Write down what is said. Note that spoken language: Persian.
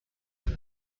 مصرف